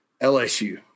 LSU